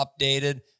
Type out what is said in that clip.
updated